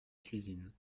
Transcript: cuisine